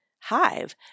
hive